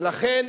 ולכן,